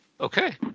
Okay